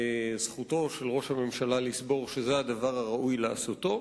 זכותו של ראש הממשלה לסבור שזה הדבר הראוי לעשותו,